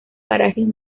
parajes